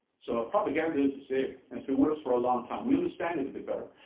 so propaganda is the same. it's been with us for a long time. we understand it a bit better.